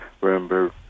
Remember